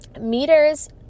meters